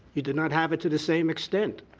you did not have it to the same extent.